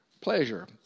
Pleasure